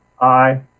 Aye